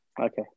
Okay